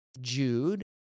Jude